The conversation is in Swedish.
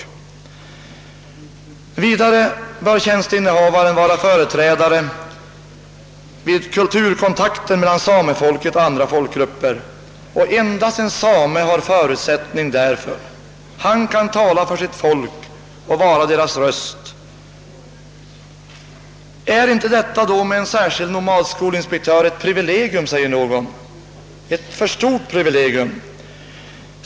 Vidare bör tjänsteinnehavaren vara företrädare vid kulturkontakter mellan samefolket och andra folkgrupper och endast en same har förutsättning härför; han kan tala för sitt folk och vara dess röst. Är då inte detta med en särskild nomadskolinspektör ett privilegium säger någon, ett för stort privilegium?